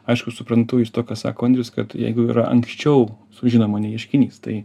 aišku suprantu iš to ką sako andrius kad jeigu yra anksčiau sužinoma nei ieškinys tai